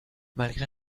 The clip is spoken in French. malgré